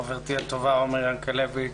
חברתי הטובה עומר ינקלביץ',